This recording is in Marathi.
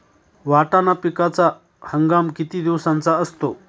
वाटाणा पिकाचा हंगाम किती दिवसांचा असतो?